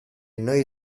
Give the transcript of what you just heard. noi